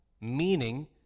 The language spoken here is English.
Meaning